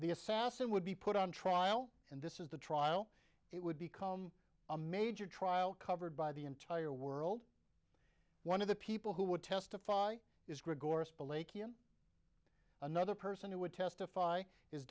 the assassin would be put on trial and this is the trial it would become a major trial covered by the entire world one of the people who would testify is another person who would testify is